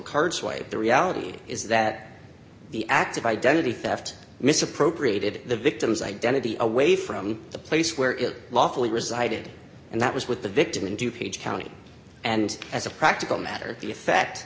cards way the reality is that the act of identity theft misappropriated the victim's identity away from the place where it lawfully resided and that was with the victim and du page county and as a practical matter the effect